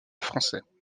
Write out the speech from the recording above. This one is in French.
français